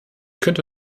könnte